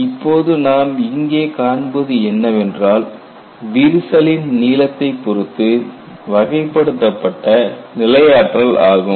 இப்போது நாம் இங்கே காண்பது என்னவென்றால் விரிசலின் நீளத்தைப் பொருத்து வகைப்படுத்தப்பட்ட நிலையாற்றல் ஆகும்